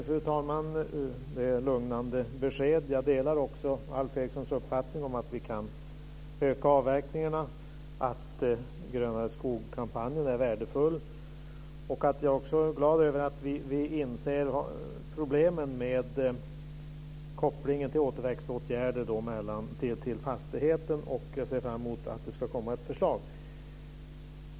Fru talman! Det är lugnande besked. Jag delar också Alf Erikssons uppfattning om att vi kan öka avverkningarna och att Grönare Skog-kampanjen är värdefull. Jag är också glad över att vi inser problemen med kopplingen till återväxtåtgärder när det gäller fastigheten, och jag ser fram emot att det ska komma ett förslag.